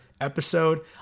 episode